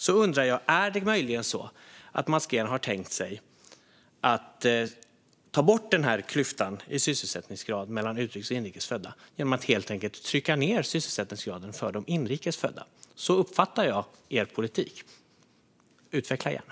Därför undrar jag om Mats Green möjligen har tänkt sig att ta bort klyftan i sysselsättningsgrad mellan inrikes och utrikes födda genom att helt enkelt trycka ned sysselsättningsgraden för de inrikes födda. Så uppfattar jag er politik. Utveckla gärna!